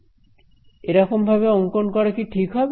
এরকম ভাবে অঙ্কন করা কি ঠিক হবে